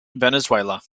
venezuela